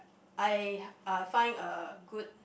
I uh find a good